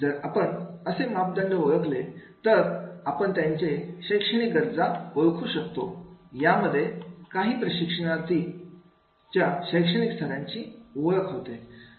जर आपण असे मापदंड ओळखले तर आपण त्यांचे शैक्षणिक गरजा ओळखू शकतो यामध्ये प्रशिक्षणार्थी च्या शैक्षणिक थराची ओळख होते